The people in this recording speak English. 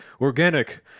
organic